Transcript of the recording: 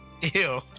Ew